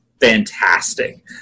fantastic